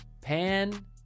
Pan